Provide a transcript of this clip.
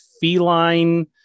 feline